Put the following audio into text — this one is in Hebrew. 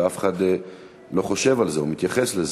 ואף אחד לא חושב על זה או מתייחס לזה.